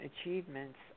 achievements